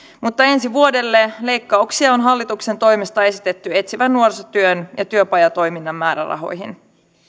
mutta ensi vuodelle leikkauksia on hallituksen toimesta esitetty etsivän nuorisotyön ja työpajatoiminnan määrärahoihin